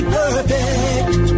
perfect